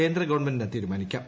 കേന്ദ്രഗവൺമെന്റിന് തീരുമാനിക്കാം